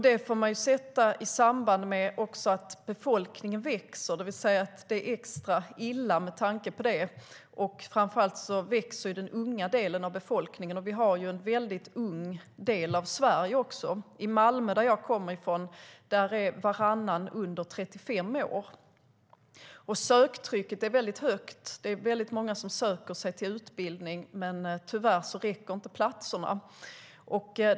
Det ska sättas i samband med att befolkningen växer, det vill säga att det är extra illa med tanke på detta. Framför allt växer den unga delen av befolkningen, och Skåne är en väldigt ung del av Sverige. I Malmö, som jag kommer från, är varannan under 35 år, och söktrycket är högt. Det är väldigt många som söker till utbildningar, men tyvärr räcker inte platserna.